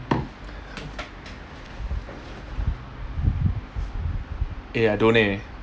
eh I don't leh